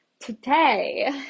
Today